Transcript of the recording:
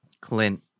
Clint